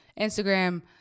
Instagram